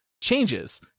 changes